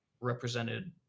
represented